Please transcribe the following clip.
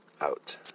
out